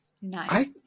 Nice